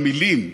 המילים,